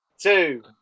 two